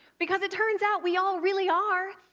because it turns out, we all really are.